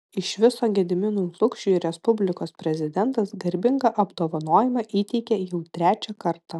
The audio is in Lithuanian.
iš viso gediminui lukšiui respublikos prezidentas garbingą apdovanojimą įteikė jau trečią kartą